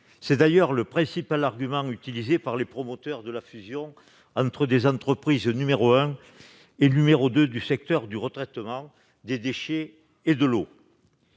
est d'ailleurs le principal argument utilisé par les promoteurs de la fusion entre les entreprises numéro un et deux du secteur du retraitement des déchets et de l'eau.